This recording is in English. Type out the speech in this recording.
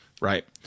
right